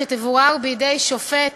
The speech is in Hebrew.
שתבורר בידי שופט